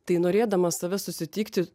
tai norėdamas save susitikti